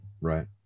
right